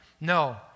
No